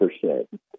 percent